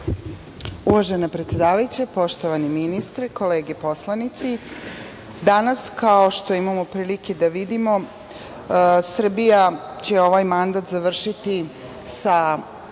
predsedavajuća, poštovani ministre, kolege poslanici, kao što imamo prilike da vidimo Srbija će ovaj mandat završiti,